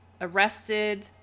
arrested